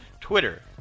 Twitter